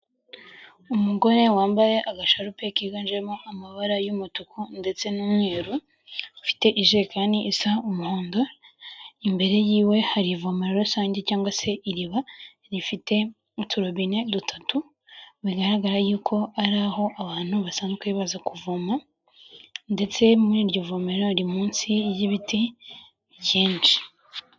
Umugore wambaye agasharupe kiganjemo amabara y'umutuku ndetse n'umweru, ufite ijerekani isa umuhondo. Imbere yiwe hari ivomero rusange cyangwa se iriba rifite uturobine dutatu. Bigaragara yuko ari aho abantu basanzwe baza kuvoma, ndetse muri iryo vomero riri munsi y'ibiti byinshi.